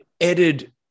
added